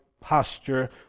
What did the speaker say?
posture